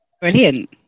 Brilliant